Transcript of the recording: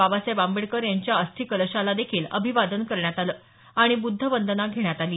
बाबासाहेब आंबेडकर यांच्या अस्थिकलशाला देखील अभिवादन करण्यात आलं आणि बुद्धवंदना घेण्यात आली